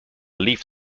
leaf